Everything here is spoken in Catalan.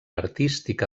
artística